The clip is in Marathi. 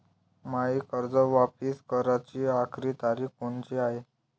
मायी कर्ज वापिस कराची आखरी तारीख कोनची हाय?